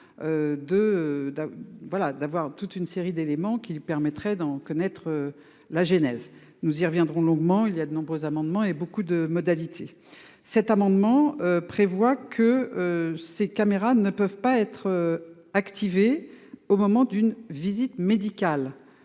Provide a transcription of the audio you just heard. d'avoir toute une série d'éléments qui permettraient d'en connaître. La genèse. Nous y reviendrons longuement il y a de nombreux amendements et beaucoup de modalités cet amendement prévoit que. Ces caméras ne peuvent pas être. Activé au moment d'une visite médicale